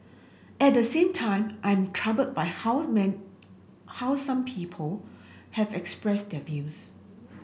at the same time I'm troubled by how men how some people have expressed their views